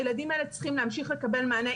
הילדים האלה צריכים להמשיך לקבל מענה,